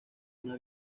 una